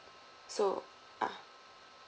so ah